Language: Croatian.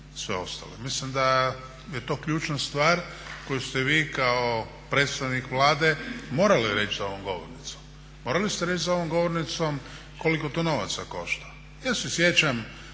Mislim da je to ključna stvar koju ste vi kao predstavnik Vlade morali reći za ovom govornicom. Morali ste reći za ovom govornicom koliko to novaca košta? Ja se sjećam